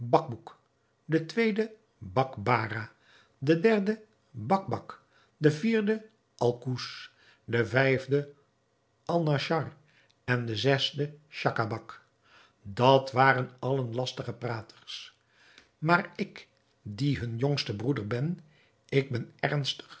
bacbouc de tweede bakbarah de derde bakbac de vierde alcouz de vijfde alnaschar en de zesde schacabac dat waren allen lastige praters maar ik die hun jongste broeder ben ik ben ernstig